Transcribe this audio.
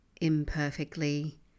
imperfectly